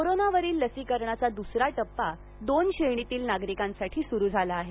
कोरोनावरील लसीकरणाचा द्सरा टप्पा दोन श्रेणीतील नागरिकांसाठी सुरू झाला आहे